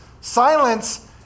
silence